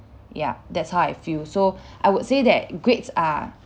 ya that's how I feel so I would say that grades are